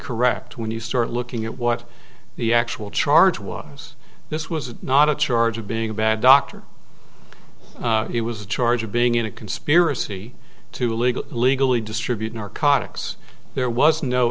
correct when you start looking at what the actual charge was this was not a charge of being a bad doctor it was a charge of being in a conspiracy to illegally illegally distribute narcotics there was no